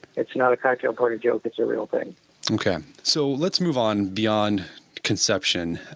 it's not a cocktail party joke, it's the real thing okay. so let's move on beyond conception.